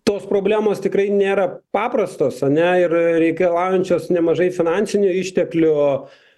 tos problemos tikrai nėra paprastos ane ir reikalaujančios nemažai finansinių išteklių